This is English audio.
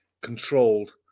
controlled